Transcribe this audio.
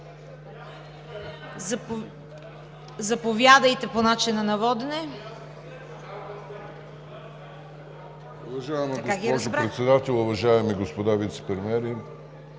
Заповядайте по начина на водене.